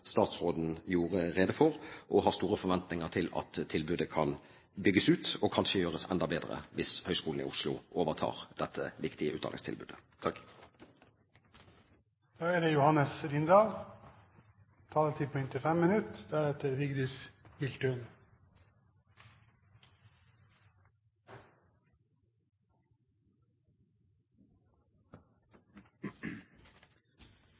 statsråden gjorde rede for, og har store forventninger til at tilbudet kan bygges ut og kanskje gjøres enda bedre hvis Høgskolen i Oslo overtar dette viktige utdanningstilbudet.